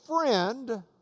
friend